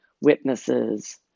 witnesses